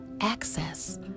access